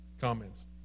comments